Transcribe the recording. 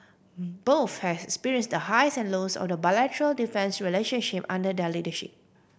both have experienced the highs and lows of the bilateral defence relationship under their leadership